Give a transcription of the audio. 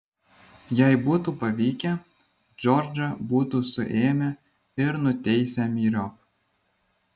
jei būtų pavykę džordžą būtų suėmę ir nuteisę myriop